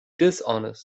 dishonest